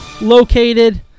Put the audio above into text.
located